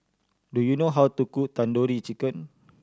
do you know how to cook Tandoori Chicken